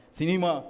cinema